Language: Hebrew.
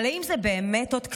אבל האם זה באמת עוד קצת?